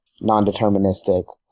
non-deterministic